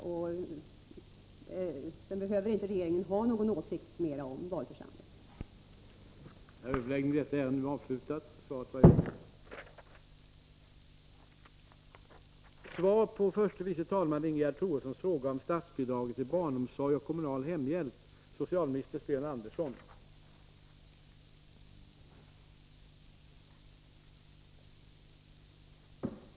Sedan behöver inte regeringen ha någon åsikt mera om valförsamlingen.